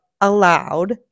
allowed